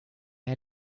had